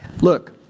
Look